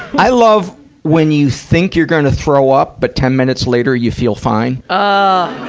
i love when you think you're gonna throw up, but ten minutes later you feel fine. oh,